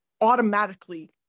automatically